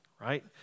right